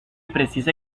precisa